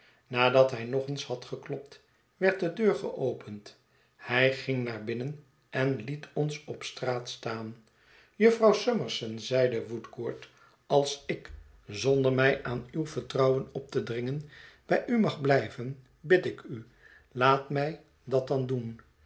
nadat hij nog eens had geklopt werd de deur geopend hij ging naar binnen en liet ons op straat staan jufvrouw summerson zeide woodcourt als ik zonder mij aan uw vertrouwen op te dringen bij u mag blijven bid ik u laat mij dat dan doen